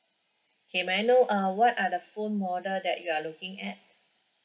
okay may I know uh what are the phone model that you are looking at